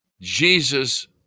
Jesus